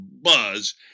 buzz